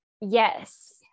yes